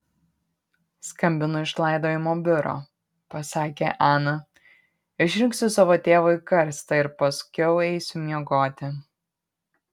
skambinu iš laidojimo biuro pasakė ana išrinksiu savo tėvui karstą ir paskiau eisiu miegoti